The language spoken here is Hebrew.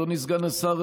אדוני סגן השר,